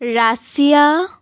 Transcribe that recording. Russia